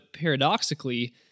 paradoxically